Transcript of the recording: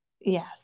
Yes